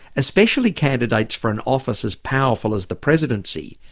especially candidates for an office as powerful as the presidency,